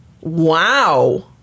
Wow